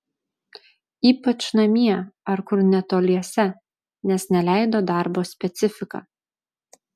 ypač namie ar kur netoliese nes neleido darbo specifika